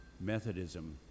methodism